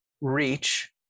reach